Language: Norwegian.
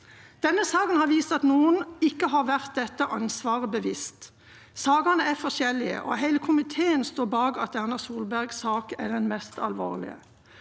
saken har vist at noen ikke har vært dette ansvaret bevisst. Sakene er forskjellige, og hele komiteen står bak at Erna Solbergs sak er den mest alvorlige.